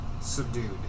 Subdued